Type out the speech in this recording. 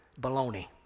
Baloney